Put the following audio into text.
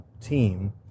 team